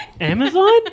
Amazon